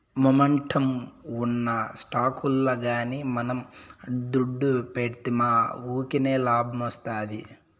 momentum ఉన్న స్టాకుల్ల గానీ మనం దుడ్డు పెడ్తిమా వూకినే లాబ్మొస్తాది